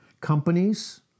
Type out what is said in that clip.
Companies